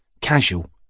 Casual